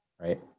Right